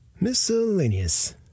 Miscellaneous